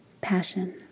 Passion